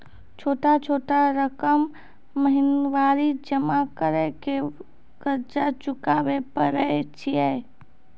छोटा छोटा रकम महीनवारी जमा करि के कर्जा चुकाबै परए छियै?